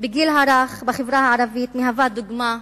בגיל הרך בחברה הערבית מהווה דוגמה,